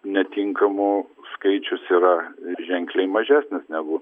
netinkamų skaičius yra ženkliai mažesnis negu